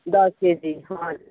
दस केजी हजुर